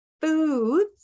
foods